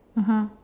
(uh huh)